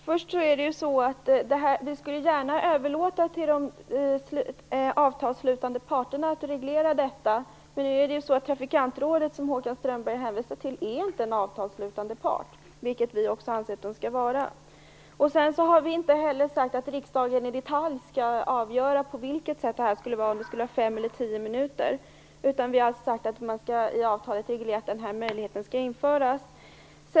Fru talman! Vi skulle gärna överlåta till de avtalsslutande parterna att reglera detta. Men trafikantrådet, som Håkan Strömberg hänvisar till, är inte en avtalsslutande part, vilket vi anser att det skall vara. Vi har inte heller sagt att riksdagen i detalj skall avgöra på vilket sett det skall ske - om det skall vara fem eller tio minuter. Vi har sagt att man i avtalet skall reglera att den möjligheten skall införas.